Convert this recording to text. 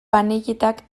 panelletak